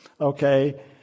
Okay